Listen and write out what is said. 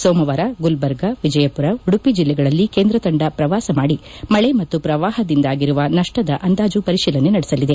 ಸೋಮವಾರ ಗುಲ್ಬರ್ಗಾ ವಿಜಯಪುರ ಉಡುಪಿ ಜಲ್ಲೆಗಳಲ್ಲಿ ಕೇಂದ್ರ ತಂಡ ಪ್ರವಾಸ ಮಾಡಿ ಮಳೆ ಮತ್ತು ಪ್ರವಾಪದಿಂದಾಗಿರುವ ನಪ್ಪದ ಅಂದಾಐ ಪರೀಲನೆ ನಡೆಸಲಿದೆ